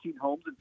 homes